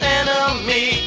enemy